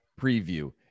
preview